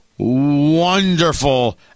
wonderful